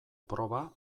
proba